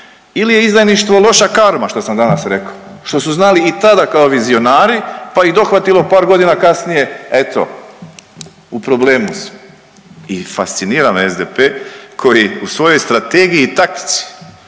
ili je izdajništvo loša karma što sam danas rekao, što su znali i tada kao vizionari, pa ih dohvatilo par godina kasnije, eto u problemu su i fascinira me SDP koji u svojoj strategiji i taktici